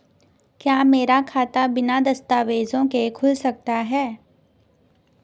क्या मेरा खाता बिना दस्तावेज़ों के खुल सकता है?